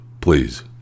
Please